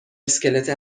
اسکلت